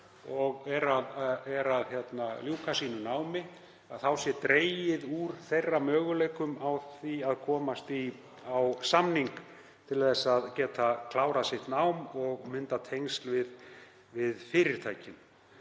og er að ljúka sínu námi sé dregið úr möguleikum þess á því að komast á samning til að geta klárað sitt nám og myndað tengsl við fyrirtækin.